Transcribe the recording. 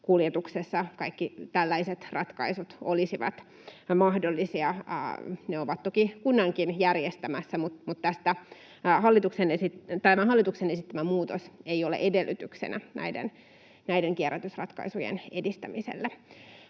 kuljetuksessa kaikki tällaiset ratkaisut olisivat mahdollisia, ovat toki kunnankin järjestämässä, mutta tämä hallituksen esittämä muutos ei ole edellytyksenä näiden kierrätysratkaisujen edistämiselle.